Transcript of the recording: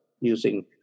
using